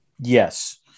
Yes